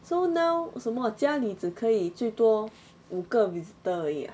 so now 什么家里只可以最多五个 visitor 而已 ah